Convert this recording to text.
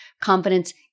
Confidence